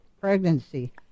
pregnancy